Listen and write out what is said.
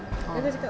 oh